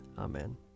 Amen